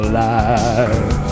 life